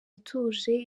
ituje